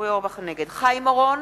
חיים אורון,